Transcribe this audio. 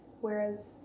whereas